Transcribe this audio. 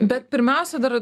bet pirmiausia dar